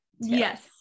Yes